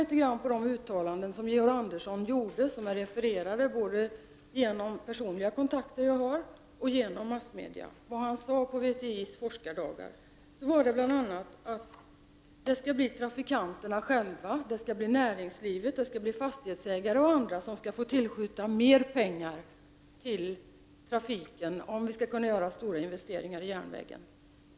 Om man något studerar de uttalanden som Georg Andersson gjorde — dessa har refererats dels genom mina personliga kontakter, dels genom massmedia — under VTI:s forskardagar, finner man att statsrådet sade att trafikanterna själva, näringslivet, fastighetsägare och andra måste tillskjuta mera pengar till trafiken, om vi skall kunna göra stora investeringar på järnvägens område.